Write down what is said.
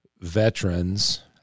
veterans